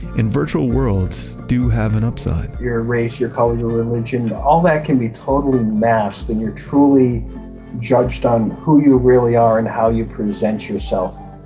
and virtual worlds do have an upside your race, your color, your religion all that can be totally masked and you're truly judged on who you really are and how you present yourself.